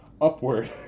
upward